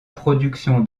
production